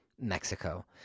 Mexico